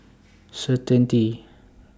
Certainty